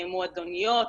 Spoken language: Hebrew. מועדוניות,